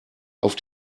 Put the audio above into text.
auf